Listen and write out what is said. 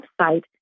website